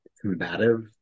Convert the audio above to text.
combative